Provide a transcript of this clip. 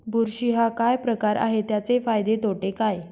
बुरशी हा काय प्रकार आहे, त्याचे फायदे तोटे काय?